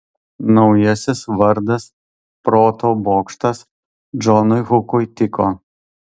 naujasis vardas proto bokštas džonui hukui tiko